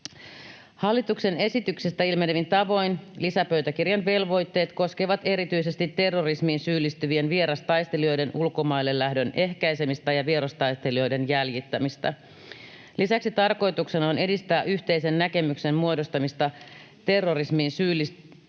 Hallituksen esityksestä ilmenevin tavoin lisäpöytäkirjan velvoitteet koskevat erityisesti terrorismiin syyllistyvien vierastaistelijoiden ulkomaille lähdön ehkäisemistä ja vierastaistelijoiden jäljittämistä. Lisäksi tarkoituksena on edistää yhteisen näkemyksen muodostamista terrorismiin syyllistyviin